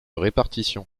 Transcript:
répartition